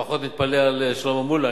פחות מתפלא על שלמה מולה,